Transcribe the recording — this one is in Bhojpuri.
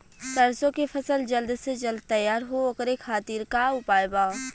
सरसो के फसल जल्द से जल्द तैयार हो ओकरे खातीर का उपाय बा?